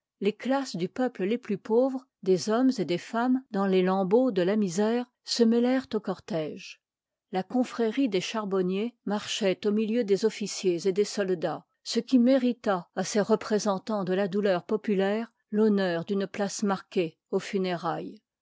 lés classe du peuple lés plus pauvres des h part hommes et des femmèsiidaùs les lambeaux liv ii de la misère se mêlèrent ati cartége la confrérie de charbonniers marchoit au milieu des officiers et des soldats ce qui mérita à ces représentans de la douleur populaire l'honneur d'une place marquée aux funérailles